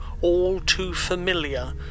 all-too-familiar